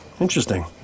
interesting